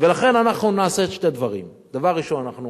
ולכן אנחנו נעשה שני דברים: דבר ראשון, אנחנו